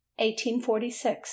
1846